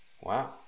Wow